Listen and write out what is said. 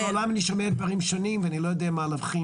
כי בעולם אני שומע דברים שונים ואני לא יודע בין מה להבחין.